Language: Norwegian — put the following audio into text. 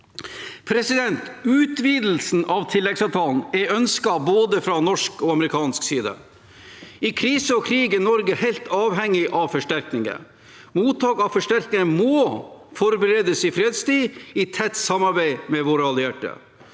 sikkerhet. Utvidelsen av tilleggsavtalen er ønsket både fra norsk og amerikansk side. I krise og krig er Norge helt avhengig av forsterkninger. Mottak av forsterkninger må forberedes i fredstid, i tett samarbeid med våre allierte.